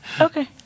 Okay